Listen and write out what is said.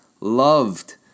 loved